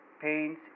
paints